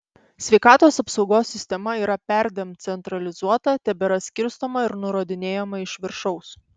sveikatos apsaugos sistema yra perdėm centralizuota tebėra skirstoma ir nurodinėjama iš viršaus